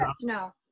No